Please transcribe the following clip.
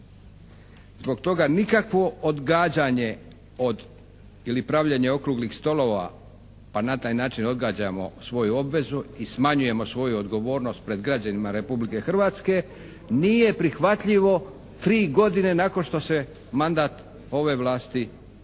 Zbog toga nikakvo odgađanje ili pravljenje okruglih stolova pa na taj način odgađamo svoju obvezu i smanjujemo svoju odgovornost pred građanima Republike Hrvatske nije prihvatljivo tri godine nakon što se mandat ove vlasti već